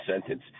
sentence